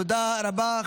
תודה רבה.